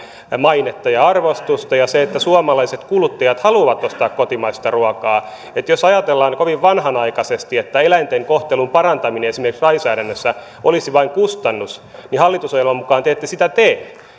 mainetta ja arvostusta ja sitä että suomalaiset kuluttajat haluavat ostaa kotimaista ruokaa jos ajatellaan kovin vanhanaikaisesti että eläinten kohtelun parantaminen esimerkiksi lainsäädännössä olisi vain kustannus niin hallitusohjelman mukaan te ette sitä tee